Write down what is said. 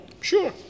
Sure